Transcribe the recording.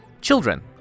children